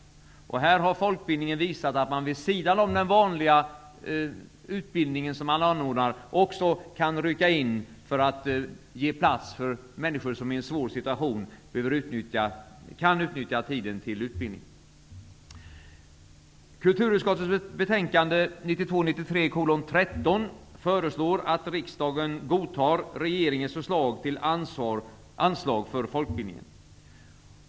Här har folkbildningen visat att man vid sidan av den vanliga utbildning som man anordnar också kan rycka in för att ge plats för människor som är i en svår situation och som kan utnyttja tiden till utbildning. föreslår att riksdagen godtar regeringens förslag till anslag för folkbildningen.